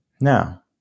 Now